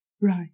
Right